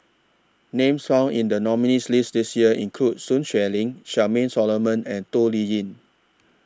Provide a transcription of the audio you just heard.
Names found in The nominees' list This Year include Sun Xueling Charmaine Solomon and Toh Liying